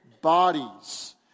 bodies